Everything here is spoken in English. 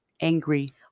angry